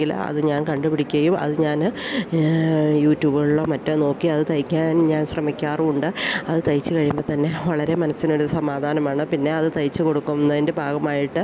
അത് ഞാൻ കണ്ടുപിടിക്കയും അത് ഞാൻ യൂട്യൂബുകളിലോ മറ്റോ നോക്കിയത് തയ്ക്കാൻ ഞാൻ ശ്രമിക്കാറുമുണ്ട് അത് തയ്ച്ചു കഴിയുമ്പോൾ തന്നെ വളരെ മനസ്സിനൊരു സമാധാനമാണ് പിന്നെ അത് തയ്ച്ചു കൊടുക്കുന്നതിൻ്റെ ഭാഗമായിട്ട്